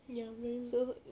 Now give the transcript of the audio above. ya memang